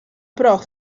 proch